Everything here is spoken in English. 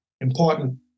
important